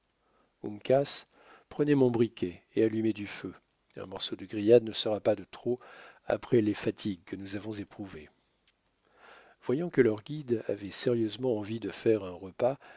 prenez mon briquet et allumez du feu un morceau de grillade ne sera pas de trop après les fatigues que nous avons éprouvées voyant que leurs guides avaient sérieusement envie de faire un repas